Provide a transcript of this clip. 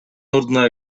ордуна